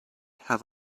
have